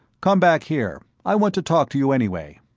come back here. i want to talk to you anyway.